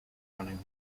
running